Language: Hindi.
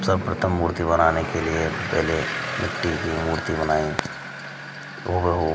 सर्वप्रथम मूर्ति बनाने के लिए पहले मिट्टी की मूर्ति बनाई हूबहू